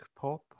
pop